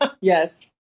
Yes